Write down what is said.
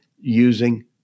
using